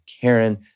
Karen